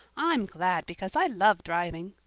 i'm glad because i love driving.